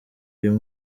uyu